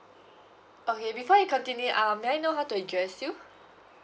okay before we continue um may I know how to address you